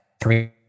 three